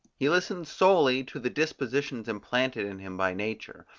he listens solely to the dispositions implanted in him by nature,